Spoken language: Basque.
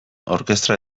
orkestra